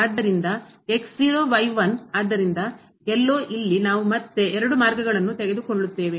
ಆದ್ದರಿಂದ ಆದ್ದರಿಂದ ಎಲ್ಲೋ ಇಲ್ಲಿ ನಾವು ಮತ್ತೆ ಎರಡು ಮಾರ್ಗಗಳನ್ನು ತೆಗೆದುಕೊಳ್ಳುತ್ತೇವೆ